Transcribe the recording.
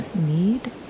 need